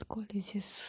Colleges